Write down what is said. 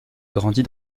grandit